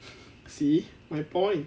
see my point